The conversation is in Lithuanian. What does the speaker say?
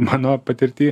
mano patirty